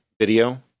video